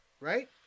right